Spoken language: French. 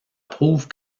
prouve